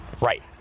Right